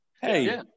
hey